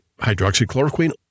hydroxychloroquine